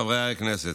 חברי הכנסת,